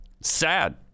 Sad